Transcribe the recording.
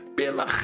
pela